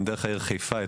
גם דרך העיר חיפה.